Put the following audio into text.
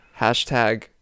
hashtag